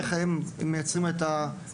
של איך הם מייצרים את הבדיקה,